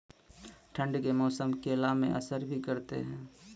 ठंड के मौसम केला मैं असर भी करते हैं?